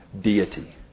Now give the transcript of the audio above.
deity